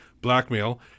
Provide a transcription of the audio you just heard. blackmail